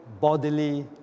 bodily